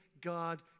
God